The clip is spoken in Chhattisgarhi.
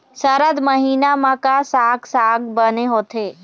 सरद महीना म का साक साग बने होथे?